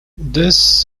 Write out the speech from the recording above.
this